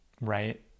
right